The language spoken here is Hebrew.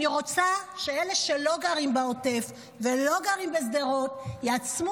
אני רוצה שאלה שלא גרים בעוטף ולא גרים בשדרות יעצמו